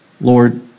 Lord